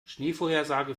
schneevorhersage